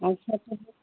अच्छा तो वो